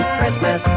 Christmas